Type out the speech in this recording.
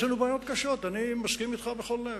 יש לנו בעיות קשות, אני מסכים אתך בכל לב.